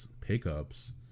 pickups